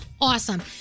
awesome